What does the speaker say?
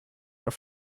auf